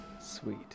Sweet